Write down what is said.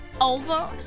over